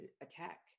attack